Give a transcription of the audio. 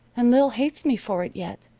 and lil hates me for it yet,